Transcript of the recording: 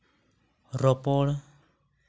ᱨᱚᱯᱚᱲ